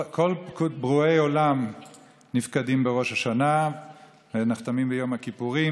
כל ברואי עולם נפקדים בראש השנה ונחתמים ביום הכיפורים.